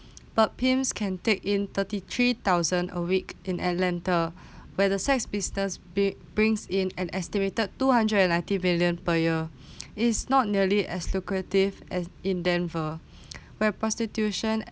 but pimps can take in thirty three thousand a week in atlanta where the sex business b~ brings in an estimated two hundred and ninety million per year is not nearly as lucrative as in denver where prostitution